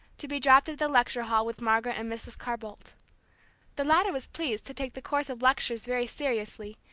to be dropped at the lecture-hall with margaret and mrs. carr-bolt. the latter was pleased to take the course of lectures very seriously,